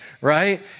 Right